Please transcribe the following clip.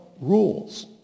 rules